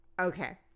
Okay